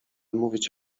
mówić